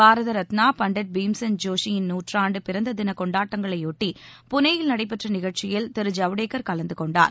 பாரத ரத்னா பண்டிட் பீம்சென் ஜோஷி யின் நூற்றாண்டு பிறந்த தின கொண்டாட்டங்களையொட்டி புனேயில் நடைபெற்ற நிகழ்ச்சியில் திரு ஜவடேகர் கலந்து கொண்டார்